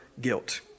guilt